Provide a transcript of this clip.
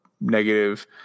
negative